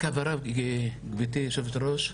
רק הבהרה גבירתי יושבת הראש,